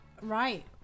Right